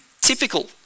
typical